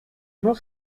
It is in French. vont